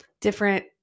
different